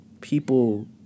people